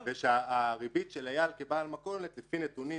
והריבית שלי כבעל מכולת לפי נתונים